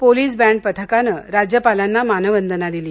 police band पथकानं राज्यपालांना मानवंदना दिली